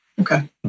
Okay